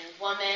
woman